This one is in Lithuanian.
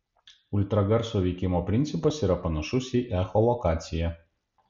ultragarso veikimo principas yra panašus į echolokaciją